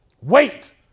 wait